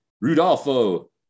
Rudolfo